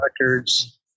records